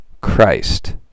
Christ